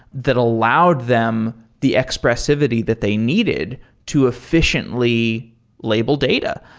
that allowed them the expressivity that they needed to efficiently label data,